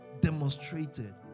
demonstrated